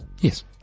Yes